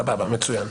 סבבה, מצוין.